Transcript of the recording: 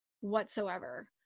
whatsoever